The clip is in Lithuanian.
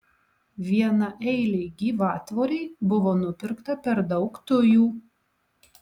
vienaeilei gyvatvorei buvo nupirkta per daug tujų